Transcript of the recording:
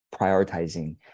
prioritizing